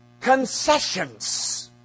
concessions